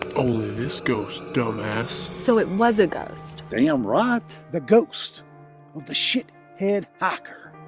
this ghost dumbass. so it was a ghost? damn right. the ghost of the shit head ah hiker.